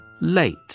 Late